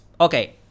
okay